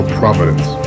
providence